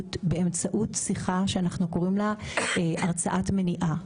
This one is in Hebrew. מודעות באמצעות שיחה שאנחנו קוראים לה הרצאת מניעה,